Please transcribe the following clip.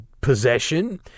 Possession